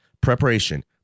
preparation